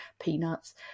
Peanuts